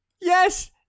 Yes